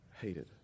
hated